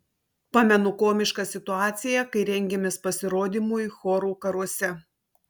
pamenu komišką situaciją kai rengėmės pasirodymui chorų karuose